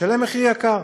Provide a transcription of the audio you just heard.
משלם מחיר יקר,